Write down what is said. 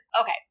Okay